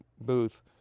booth